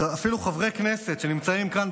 אפילו חברי כנסת שנמצאים כאן,